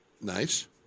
Nice